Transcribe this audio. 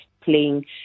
playing